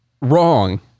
wrong